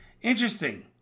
interesting